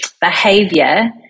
behavior